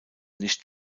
nicht